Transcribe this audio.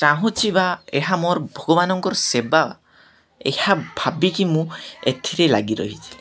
ଚାହୁଁଛି ବା ଏହା ମୋର ଭଗବାନଙ୍କର ସେବା ଏହା ଭାବିକି ମୁଁ ଏଥିରେ ଲାଗି ରହିଛିି